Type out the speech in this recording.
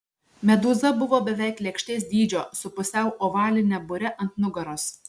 medūza buvo beveik lėkštės dydžio su pusiau ovaline bure ant nugaros